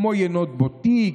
כמו יינות בוטיק,